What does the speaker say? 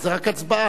זה רק הצבעה?